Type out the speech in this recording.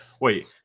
wait